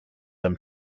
them